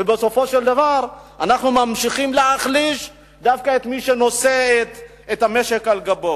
ובסופו של דבר אנחנו ממשיכים להחליש דווקא את מי שנושא את המשק על גבו.